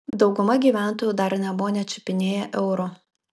dauguma gyventojų dar nebuvo net čiupinėję euro